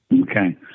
Okay